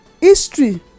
History